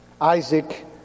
Isaac